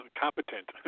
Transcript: competent